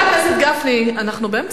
בעד